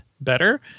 better